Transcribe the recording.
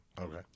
Okay